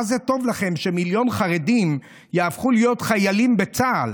מה זה טוב לכם שמיליון חרדים יהפכו להיות חיילים בצה"ל?